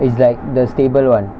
it's like the stable [one]